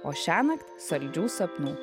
o šiąnakt saldžių sapnų